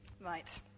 Right